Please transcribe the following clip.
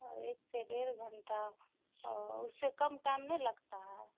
او ایک سے ڈیڑھ گھنٹہ او اس سے کم ٹائم نہیں لگتا ہے